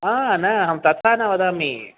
आ न अहं तथा न वदामि